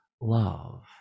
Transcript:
love